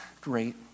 great